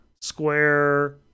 square